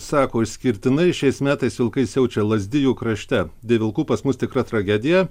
sako išskirtinai šiais metais vilkai siaučia lazdijų krašte dėl vilkų pas mus tikra tragedija